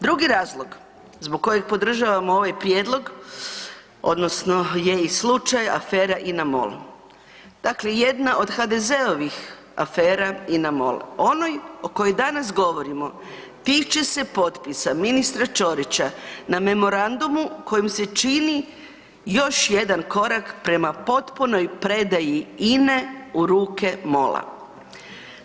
Drugi razlog zbog kojeg podržavamo ovaj prijedlog odnosno je i slučaj afera INA-MOL, dakle jedna od HDZ-ovih afera INA-MOL, onoj o kojoj danas govorimo tiče se potpisa ministra Ćorića na memorandumu kojim se čini još jedan korak prema potpunoj predaji INA-e u ruke MOL-a.